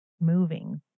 moving